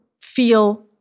feel